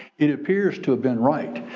it appears to have been right.